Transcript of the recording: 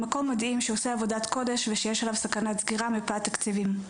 מקום מדהים שעושה עבודת קודש ושיש עליו סכנת סגירה מפאת תקציבים.